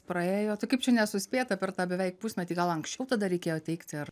praėjo tai kaip čia nesuspėta per tą beveik pusmetį gal anksčiau tada reikėjo teikti ar